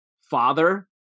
father